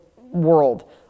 world